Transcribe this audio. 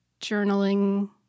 journaling